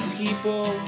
people